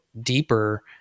deeper